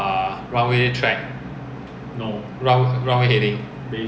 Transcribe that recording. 因为 especially the new procedure but I don't know lah all these